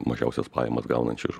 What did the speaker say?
mažiausias pajamas gaunančius